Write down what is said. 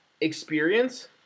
experience